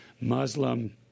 Muslim